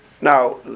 Now